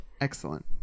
excellent